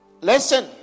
Listen